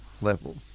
level